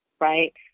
right